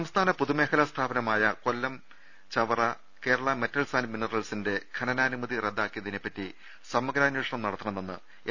സംസ്ഥാന പൊതുമേഖലാ സ്ഥാപനമായ കൊല്ലം ചവറ കേരള മെറ്റൽസ് ആന്റ് മിനറൽസിന്റെ ഖനനാ മുതി റദ്ദാക്കിയതിനെപ്പറ്റി സമഗ്ര അന്വേഷണം നട ത്തണമെന്ന് എൻ